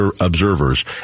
observers